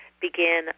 begin